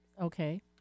Okay